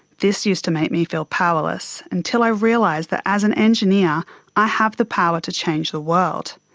this used to make me feel powerless, until i realised that as an engineer i have the power to change the world.